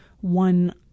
one